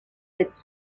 cette